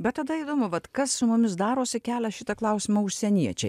bet tada įdomu vat kas su mumis darosi kelia šitą klausimą užsieniečiai